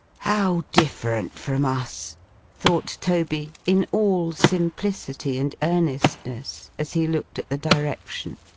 how different from us thought toby, in all simplicity and earnestness, as he looked at the direction.